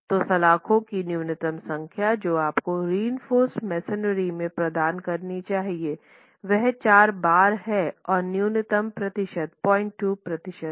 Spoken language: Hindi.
तो सलाख़ों की न्यूनतम संख्या जो आपको रिइंफोर्स मेसनरी में प्रदान करनी चाहिए वह 4 बार है और न्यूनतम प्रतिशत 025 प्रतिशत है